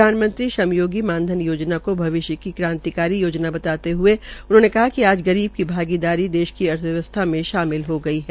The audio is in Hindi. प्रधानमंत्री श्रम योगी मान धन योजना को भविष्य की क्रांतिकारी योजना बताते हये उन्होंने कहा कि आज गरीब की भागीदारी देश की अर्थव्यवस्था में शामिल हो गई है